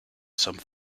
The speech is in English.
some